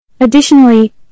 Additionally